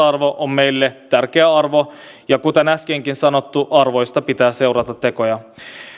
arvo on meille tärkeä arvo ja kuten äskenkin sanottu arvoista pitää seurata tekoja